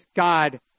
God